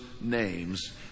names